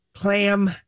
Clam